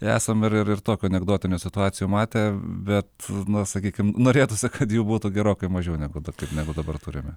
esam ir ir ir tokių anekdotinių situacijų matę bet na sakykim norėtųsi kad jų būtų gerokai mažiau negu kaip negu dabar turime